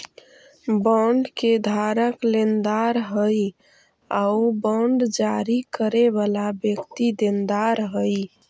bond के धारक लेनदार हइ आउ बांड जारी करे वाला व्यक्ति देनदार हइ